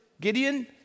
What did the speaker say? Gideon